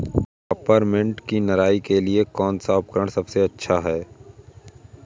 Peppermint की निराई के लिए कौन सा उपकरण सबसे अच्छा है?